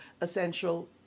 essential